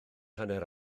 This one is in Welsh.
hanner